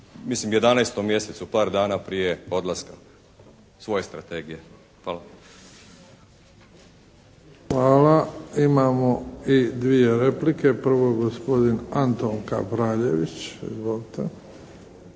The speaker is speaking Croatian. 11. mjesecu, par dana prije odlaska svoje strategije. Hvala. **Bebić, Luka (HDZ)** Hvala. Imamo i dvije replike. Prvo gospodin Antun Kapraljević.